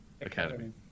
academy